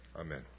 Amen